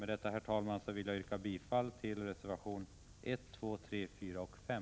Med detta, herr talman, vill jag yrka bifall till reservationerna 1, 2, 3, 4 och 5.